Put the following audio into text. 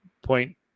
point